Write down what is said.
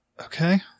Okay